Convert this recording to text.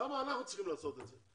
למה אנחנו צריכים לעשות את זה?